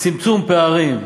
צמצום פערים.